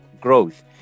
growth